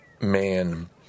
man